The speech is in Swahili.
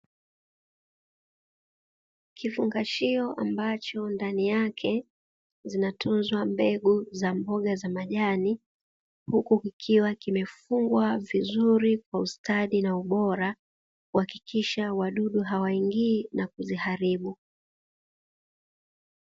Kifungashio ambacho ndani yake zinatunzwa mbegu za mboga za majani huku kikiwa kimefungwa vizuri kwa ustadi na ubora, kuhakikisha wadudu hawaingii na kuziharibu.